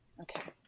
Okay